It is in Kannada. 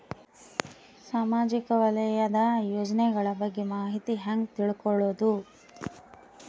ಸಾಮಾಜಿಕ ವಲಯದ ಯೋಜನೆಗಳ ಬಗ್ಗೆ ಮಾಹಿತಿ ಹ್ಯಾಂಗ ತಿಳ್ಕೊಳ್ಳುದು?